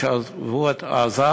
כשעזבו את עזה,